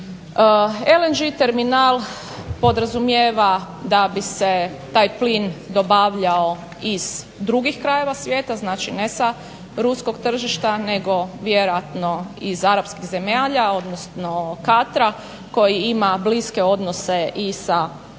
LNG terminal podrazumijeva da bi se taj plin dobavljao iz drugih krajeva svijeta, znači ne sa ruskog tržišta nego vjerojatno iz arapskih zemalja odnosno Katara koji ima bliske odnose i sa